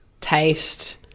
taste